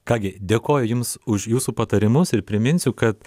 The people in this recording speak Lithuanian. ką gi dėkoju jums už jūsų patarimus ir priminsiu kad